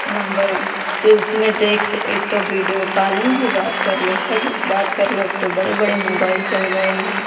number तो उसमें देखो एक तो वीडियो कालिंग भी बात कर लो सब बात कर लो अब तो बड़े बड़े मोबाइल चल गए हैं